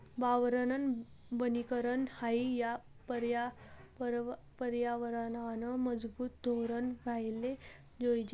वावरनं वनीकरन हायी या परयावरनंनं मजबूत धोरन व्हवाले जोयजे